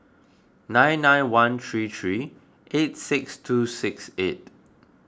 nine nine one three three eight six two six eight